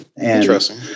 Interesting